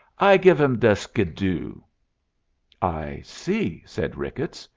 i give him de skidoo. i see, said ricketts,